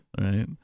Right